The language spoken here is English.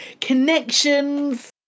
connections